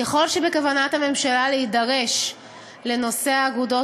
ככל שבכוונת הממשלה להידרש לנושא האגודות